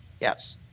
yes